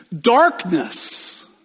darkness